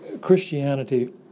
Christianity